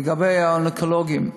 לגבי האונקולוגים,